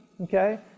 Okay